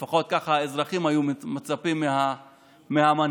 ולפחות כך האזרחים היו מצפים מהמנהיגים.